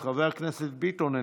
חבר הכנסת ביטון,